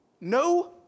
No